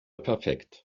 perfekt